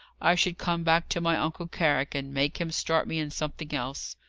i should come back to my uncle carrick, and make him start me in something else.